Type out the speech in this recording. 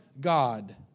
God